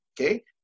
okay